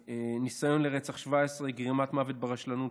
ניסיון לרצח, 17, גרימת מוות ברשלנות,